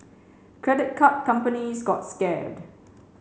credit card companies got scared